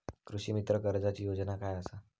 कृषीमित्र कर्जाची योजना काय असा?